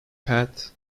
pat